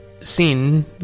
seen